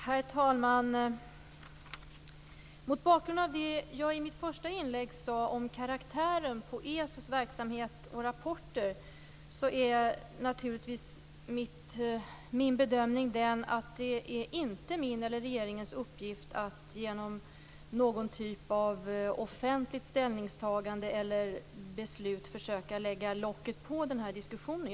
Herr talman! Mot bakgrund av det jag sade i mitt första inlägg om karaktären på ESO:s verksamhet och rapporter är min bedömning naturligtvis att det inte är min eller regeringens uppgift att genom någon typ av offentligt ställningstagande eller beslut försöka lägga locket på i den här diskussionen.